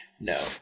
No